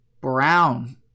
brown